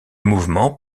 mouvement